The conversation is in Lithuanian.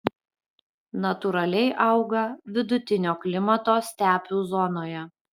natūraliai auga vidutinio klimato stepių zonoje